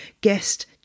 guest